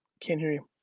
can't hear you.